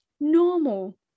normal